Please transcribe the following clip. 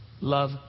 Love